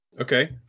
okay